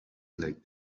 like